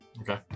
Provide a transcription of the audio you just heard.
Okay